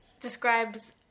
describes